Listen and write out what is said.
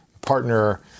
partner